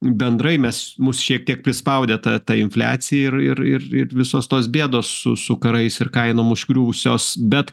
bendrai mes mus šiek tiek prispaudė ta ta infliacija ir ir ir ir visos tos bėdos su su karais ir kainom užgriuvusios bet